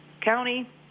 county